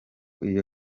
iyo